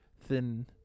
thin